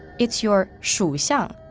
it's your shuxiang,